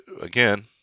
again